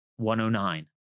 109